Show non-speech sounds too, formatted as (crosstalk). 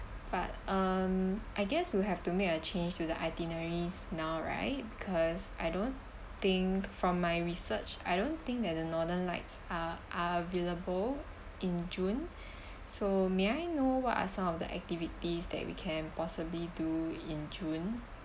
but um I guess we'll have to make a change to the itineraries now right because I don't think from my research I don't think that the northern lights are are available in june (breath) so may I know what are some of the activities that we can possibly do in june